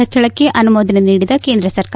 ಹೆಚ್ಚಳಕ್ಕೆ ಅನುಮೋದನೆ ನೀಡಿದ ಕೇಂದ್ರ ಸರ್ಕಾರ